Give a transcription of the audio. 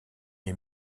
est